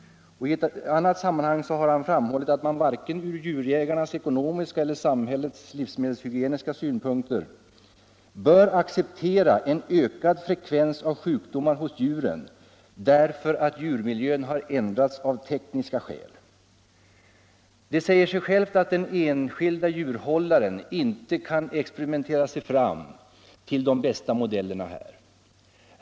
I ett annat sammanhang har han framhållit att man varken ur djurägarens ekonomiska eller från samhällets livsmedelshygieniska synpunkt bör acceptera en ökad frekvens av sjukdomar hos husdjuren därför att djurmiljön har ändrats av tekniska skäl. Det säger sig självt att den enskilde djurhållaren inte kan experimentera sig fram till de bästa modellerna.